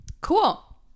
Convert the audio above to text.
Cool